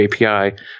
API